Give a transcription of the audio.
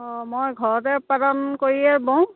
অঁ মই ঘৰতে উৎপাদন কৰিয়েই বওঁ